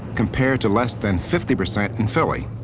compared to less than fifty percent in philly.